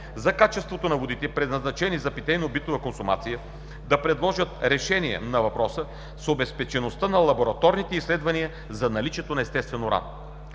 за качеството на водите предназначени за питейно-битова консумация да предложат решение на въпроса с обезпечеността на лабораторните изследвания за наличието на естествен уран.